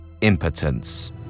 impotence